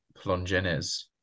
Plongenes